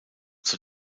zur